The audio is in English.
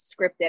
scripted